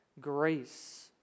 grace